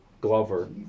Glover